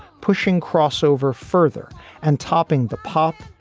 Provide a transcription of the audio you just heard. pushing crossover further and topping the pop,